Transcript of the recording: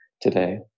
today